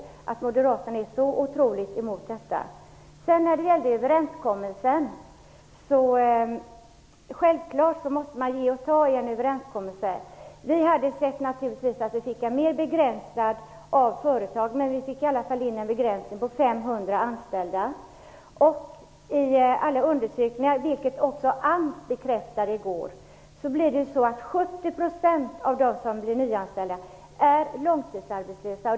Därför undrar jag över att moderaterna är så otroligt emot detta. Självklart måste man ge och ta i en överenskommelse. Vi hade naturligtvis gärna sett att vi fått en större begränsning för företag, men vi fick i alla fall in en begränsning på 500 anställda. Alla undersökningar visar att 70 % av dem som blir nyanställda är långtidsarbetslösa.